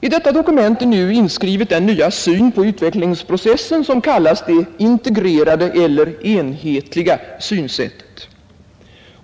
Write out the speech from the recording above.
I detta dokument är nu inskrivet den nya syn på utvecklingsprocessen som kallas det integrerade eller enhetliga synsättet.